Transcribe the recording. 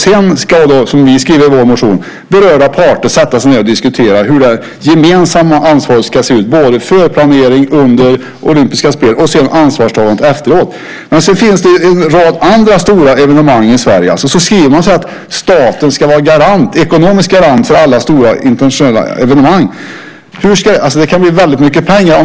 Sedan ska, som vi skriver i vår motion, berörda parter sätta sig ned och diskutera hur det gemensamma ansvaret ska se ut både före planering och under olympiska spel och även ansvarstagandet efteråt. Det finns en rad andra stora evenemang i Sverige. Man skriver att staten ska vara ekonomisk garant för alla stora internationella evenemang. Det kan bli väldigt mycket pengar.